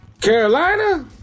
Carolina